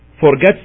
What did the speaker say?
forgets